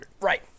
Right